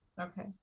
Okay